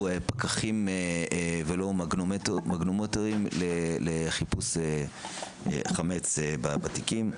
פקחים ולא מגנומטרים לחיפוש חמץ בתיקים,